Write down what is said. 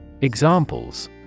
Examples